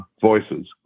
voices